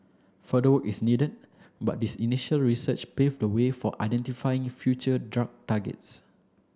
further work is needed but this initial research pave the way for identifying future drug targets